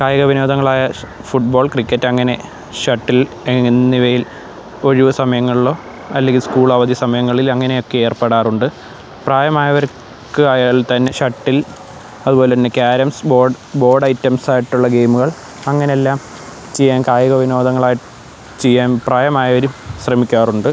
കായിക വിനോദങ്ങളായ football cricket അങ്ങനെ ഷട്ടിൽ എന്നിവയിൽ ഒഴിവ് സമയങ്ങളിലോ അല്ലെങ്കിൽ സ്കൂൾ ആവധി സമയങ്ങളിൽ അങ്ങനെയൊക്കെ ഏർപ്പെടാറുണ്ട് പ്രായമായവർക്ക് ആയാൽ തന്നെ ഷട്ടിൽ അതുപോലെ തന്നെ കാരംസ് ബോർഡ് ബോർഡ് ഐറ്റംസ് ആയിട്ടുള്ള ഗെയിമുകൾ അങ്ങനെ എല്ലാം ചെയ്യാൻ കായിക വിനോദങ്ങളായി ചെയ്യാൻ പ്രായമായവർ ശ്രമിക്കാറുണ്ട്